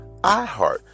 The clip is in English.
iHeart